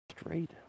straight